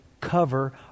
cover